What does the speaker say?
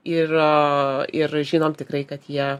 ir ir žinom tikrai kad jie